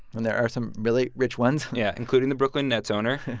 and there are some really rich ones yeah, including the brooklyn nets owner.